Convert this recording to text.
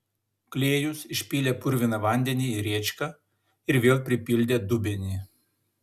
klėjus išpylė purviną vandenį į rėčką ir vėl pripildė dubenį